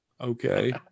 okay